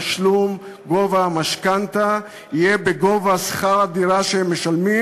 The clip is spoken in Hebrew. תשלום המשכנתה יהיה בגובה שכר הדירה שהם משלמים.